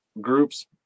groups